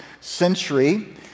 century